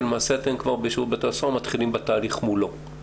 ולמעשה אתם כבר בשירות בתי הסוהר מתחילים בתהליך מולו.